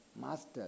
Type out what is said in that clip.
master